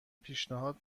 پیشنهاد